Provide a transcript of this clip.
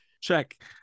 check